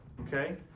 Okay